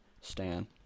Stan